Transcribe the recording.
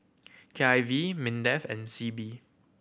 K I V MINDEF and SEAB